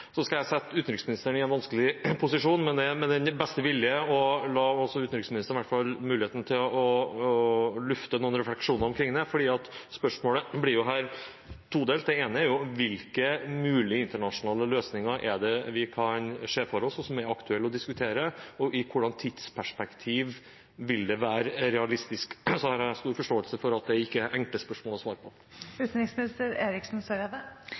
Så skal jeg sette utenriksministeren i en vanskelig posisjon – men det er med den beste vilje – og la henne få muligheten til å lufte noen refleksjoner omkring det. Spørsmålet blir todelt. Det ene er: Hvilke mulige internasjonale løsninger kan vi se for oss som er aktuelle å diskutere? Og i hvilket tidsperspektiv vil det være realistisk? Jeg har forståelse for at det ikke er enkle spørsmål å svare på.